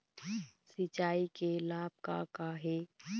सिचाई के लाभ का का हे?